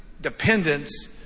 dependence